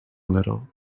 little